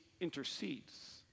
intercedes